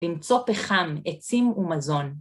למצוא פחם, עצים ומזון.